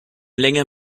länger